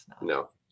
no